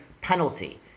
penalty